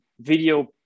video